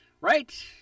Right